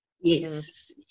Yes